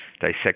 dissect